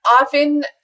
often